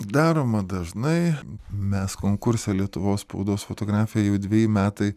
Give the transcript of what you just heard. daroma dažnai mes konkurse lietuvos spaudos fotografija jau dveji metai